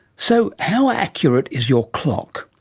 so how accurate is your clock?